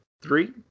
three